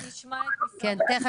תיכף,